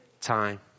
time